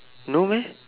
no meh